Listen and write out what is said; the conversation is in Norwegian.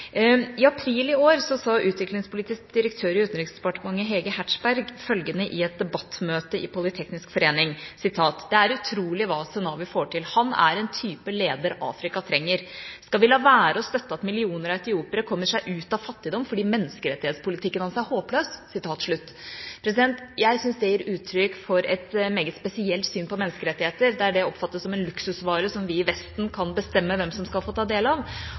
I april i år sa utviklingspolitisk direktør i Utenriksdepartementet, Hege Hertzberg, følgende i et debattmøte i Polyteknisk Forening: «Det er utrolig hva Senawi får til. Han er en type leder Afrika trenger! Skal vi la være å støtte at millioner av etiopere kommer seg ut av fattigdom fordi menneskerettighetspolitikken hans er håpløs?» Jeg syns det gir uttrykk for et meget spesielt syn på menneskerettigheter. Det er det jeg oppfatter som en luksusvare, som vi i Vesten kan bestemme hvem som skal få ta del av.